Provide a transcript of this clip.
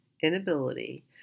inability